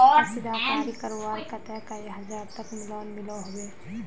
कशीदाकारी करवार केते कई हजार तक लोन मिलोहो होबे?